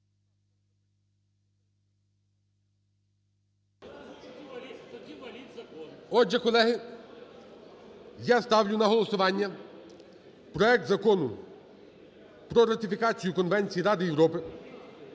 Отже, колеги, я ставлю на голосування проект Закону про ратифікацію Конвенції Ради Європи